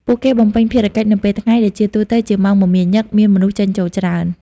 ពួកគេបំពេញភារកិច្ចនៅពេលថ្ងៃ ដែលជាទូទៅជាម៉ោងមមាញឹក មានមនុស្សចេញចូលច្រើន។